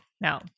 no